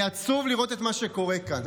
אני עצוב לראות את מה שקורה כאן.